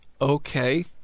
Okay